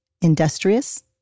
industrious